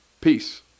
peace